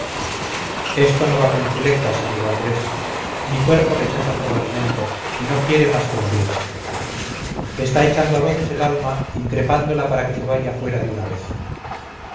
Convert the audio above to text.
esto no va con chuletas amigo andrés mi cuerpo rechaza todo alimento y no quiere más que morirse está echando a voces el alma increpándola para que se vaya fuera de una vez